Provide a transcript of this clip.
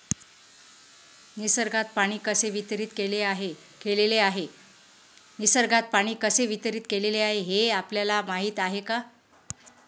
निसर्गात पाणी कसे वितरीत केलेले आहे हे आपल्याला माहिती आहे का?